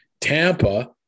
Tampa